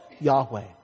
Yahweh